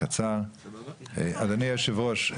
אדוני היושב-ראש.